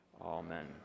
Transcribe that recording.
Amen